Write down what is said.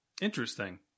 interesting